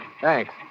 Thanks